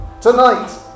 Tonight